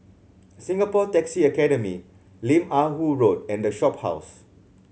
Singapore Taxi Academy Lim Ah Woo Road and The Shophouse